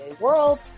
world